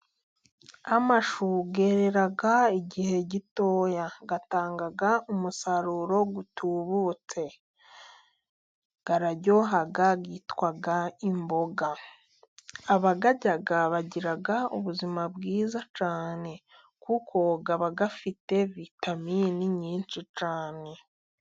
Amashu yerera igihe gitoya. Atanga umusaruro utubutse. Araryoha yitwa imboga. Abayarya bagira ubuzima bwiza cyane, kuko aba afite vitaminini nyinshi cyane.